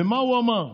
ומה הוא אמר?